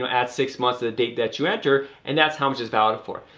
um at six months to the date that you enter and that's how much it's valid for.